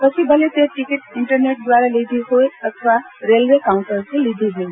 પછી ભલે તે ટીકીટ ઇન્ટરનેટ દ્વારા લીધી હોય અથવા રેલવે કાઉન્ટરથી લીધી હોય